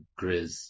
Grizz